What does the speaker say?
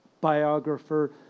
biographer